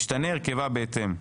ישתנה הרכבה בהתאם.